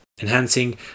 enhancing